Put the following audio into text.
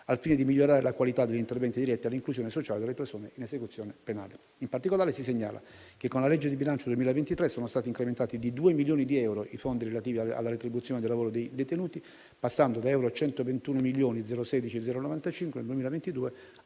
al fine di migliorare la qualità degli interventi diretti all'inclusione sociale delle persone in esecuzione penale. In particolare, si segnala che, con la legge di bilancio 2023, sono stati incrementati di due milioni di euro i fondi relativi alla retribuzione del lavoro dei detenuti, passando da euro 121.016.095 nel 2022